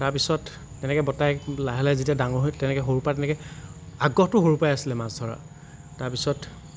তাৰ পিছত তেনেকৈ বৰ্তাই লাহে লাহে যেতিয়া ডাঙৰ হ'লোঁ সৰু পৰা তেনেকৈ আগ্ৰহটো সৰুৰ পৰাই আছিলে মাছ ধৰাৰ তাৰ পাছত